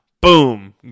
boom